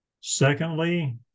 Secondly